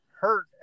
hurt